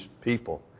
people